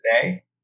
today